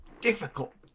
difficult